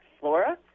flora